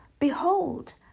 Behold